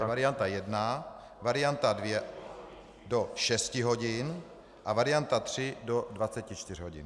To je varianta 1. Varianta 2 do šesti hodin a varianta 3 do 24 hodin.